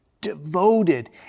devoted